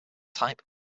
type